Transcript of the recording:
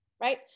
right